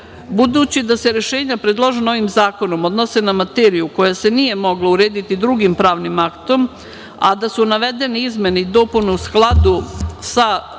da se rešenja predložena ovim zakonom odnose na materiju koja se nije mogla urediti drugim pravnim aktom, a da su navedene izmene i dopune u skladu sa razvojem